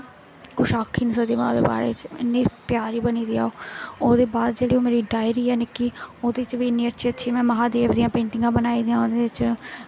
किश आक्खी निं सकदी में ओह्दे बारे च इन्नी प्यारी बनी दी ऐ ओह् ओह्दे बाद जेह्ड़ी मेरी डायरी ऐ निक्की ओह्दे बिच्च बी इन्नी अच्छी अच्छी में महादेव दियां पेंटिंगां बनाई दियां ओह्दे च